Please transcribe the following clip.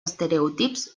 estereotips